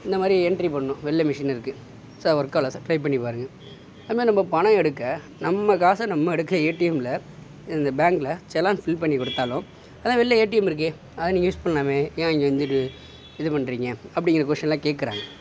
இந்த மாதிரி என்ட்ரி பண்ணனும் வெளில மிஷின் இருக்கு சார் ஒர்க் ஆகலை சார் ட்ரை பண்ணிப்பாருங்க அதுமாரி நம்ம பணம் எடுக்க நம்ம காசை நம்ம எடுக்க ஏடிஎம்மில் இந்த பேங்க்கில் செலான் ஃபில் பண்ணிக் கொடுத்தாலும் அதான் வெளில ஏடிஎம் இருக்கே அதை நீங்கள் யூஸ் பண்ணலாமே ஏன் இங்கே வந்துவிட்டு இது பண்ணுறீங்க அப்படிங்கிற கொஷ்ட்டின்லாம் கேக்கிறாங்க